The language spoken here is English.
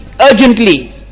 urgently